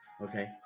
Okay